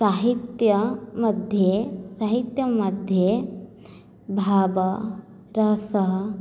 साहित्यमध्ये साहित्यमध्ये भाव रसः